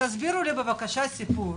תסבירו לי בבקשה את הסיפור